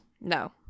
No